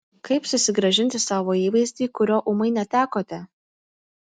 kaip susigrąžinti savo įvaizdį kurio ūmai netekote